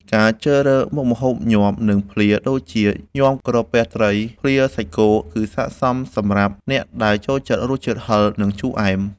ការជ្រើសរើសមុខម្ហូប ញាំ និងភ្លា ដូចជាញាំក្រពះត្រី ឬភ្លាសាច់គោ គឺស័ក្តិសមសម្រាប់អ្នកដែលចូលចិត្តរសជាតិហឹរ និងជូរអែម។